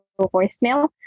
voicemail